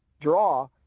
draw